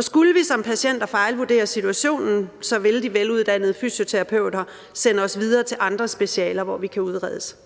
skulle vi som patienter fejlvurdere situationen, vil de veluddannede fysioterapeuter sende os videre til andre specialer, hvor vi kan udredes.